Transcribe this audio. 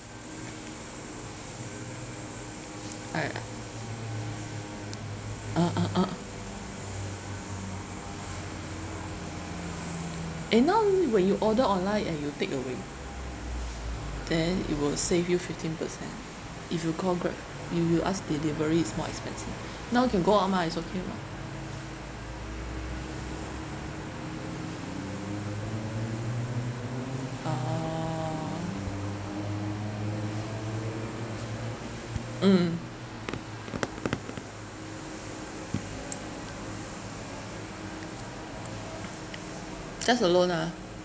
I ah ah ah eh now when you order online and you take away then it will save you fifteen percent if you call Grab you will ask delivery is more expensive now can go out mah is okay [what] oh mm gas alone ah